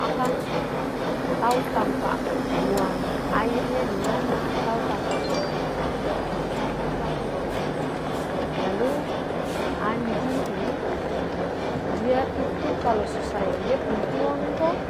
Akang tau tampa buang airnya dimana tau tampa buang air kecil buang air besarnya dimana, lalu anjing ini dia itu kalu su sayang dia pung tuang to